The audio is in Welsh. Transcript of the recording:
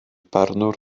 barnwr